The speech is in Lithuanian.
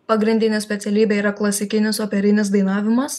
pagrindinė specialybė yra klasikinis operinis dainavimas